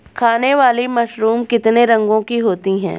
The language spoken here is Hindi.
खाने वाली मशरूम कितने रंगों की होती है?